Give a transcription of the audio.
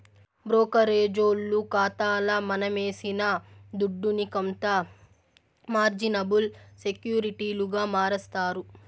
బ్రోకరేజోల్లు కాతాల మనమేసిన దుడ్డుని కొంత మార్జినబుల్ సెక్యూరిటీలుగా మారస్తారు